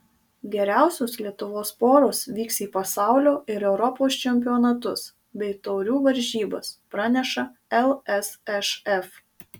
geriausios lietuvos poros vyks į pasaulio ir europos čempionatus bei taurių varžybas praneša lsšf